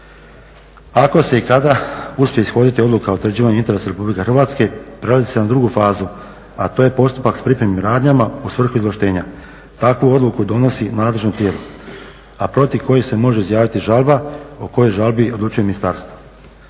Ako se i kada uspije ishoditi odluku o utvrđivanju interesa RH, prelazi se na drugu fazu, a to je postupak s pripremljenim radnjama u svrhu izvlaštenja. Takvu odluku donosi nadležno tijelo, a protiv kojih se može izjaviti žalba o kojoj žalbi odlučuju ministarstva.